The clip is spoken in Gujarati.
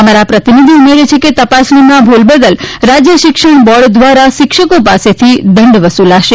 અમારા પ્રતિનિધિ ઉમેરે છે કે તપાસણીમાં ભુલ બદલ રાજ્ય શિક્ષણ બોર્ડ દ્વારા શિક્ષકો પાસેથી દંડ વસુલાશે